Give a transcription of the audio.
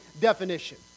definition